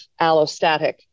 allostatic